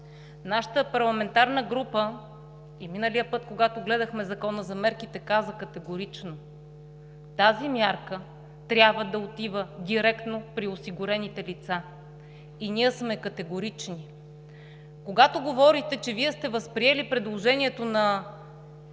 Нашата парламентарна група и миналия път, когато гледахме Закона за мерките, каза категорично – тази мярка трябва да отива директно при осигурените лица, и ние сме категорични. Когато говорите, че сте възприели предложението на